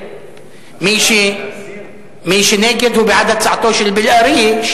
מי שנגד הוא בעד הצעתו של בן-ארי,